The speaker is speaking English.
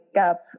up